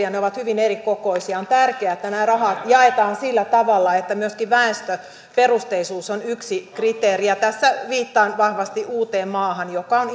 ja ne ovat hyvin erikokoisia on tärkeää että nämä rahat jaetaan sillä tavalla että myöskin väestöperusteisuus on yksi kriteeri tässä viittaan vahvasti uuteenmaahan joka on